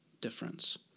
difference